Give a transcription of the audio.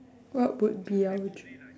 what would be our treat